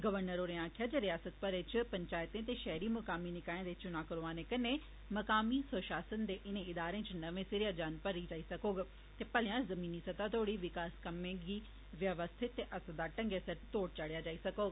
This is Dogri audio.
गवर्नर होरें आक्खेआ जे रियासत मरै च पंचायतें ते शैहरी मकामी निकाएं दे चुनांऽ करोआने कन्ने मकामी स्वशासन दे इनें इदारें च नमें सिरेया जान भरी जाई सकोग ते भलेआं जिमीनी सतह तोड़ी विकास कम्में गी व्यवस्थित ते असरदार ढंगै सिर तोड़ चाढ़ेआ जाई सकोग